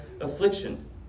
affliction